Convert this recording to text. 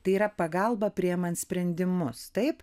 tai yra pagalba priimant sprendimus taip